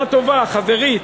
עצה טובה, חברית.